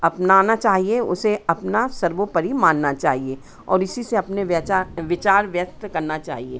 अपनाना चाहिए उसे अपना सर्वोपरि मानना चाहिए और इसी से अपने व्यचार विचार व्यक्त करना चाहिए